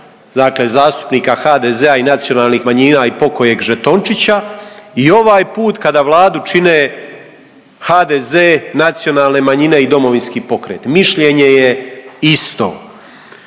dakle zastupnika HDZ-a i nacionalnih manjina i pokojeg žetončića i ovaj put kada Vladu čine HDZ, nacionalne manjine i Domovinski pokret. Mišljenje je isto.